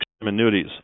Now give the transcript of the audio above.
annuities